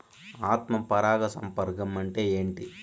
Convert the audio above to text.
ఆత్మ పరాగ సంపర్కం అంటే ఏంటి?